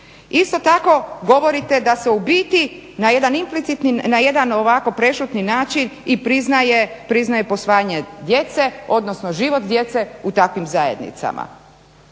Isto tako govorite da se u biti na jedan implicitni, na jedan ovako prešutni način i priznaje posvajanje djece, odnosno život djece u takvim zajednicama.